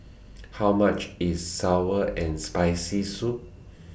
How much IS Sour and Spicy Soup